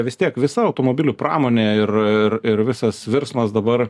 vis tiek visa automobilių pramonė ir ir ir visas virsmas dabar